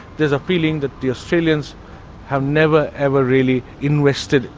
there's a feeling that the australians have never, ever really invested